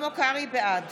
בעד